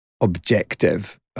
objective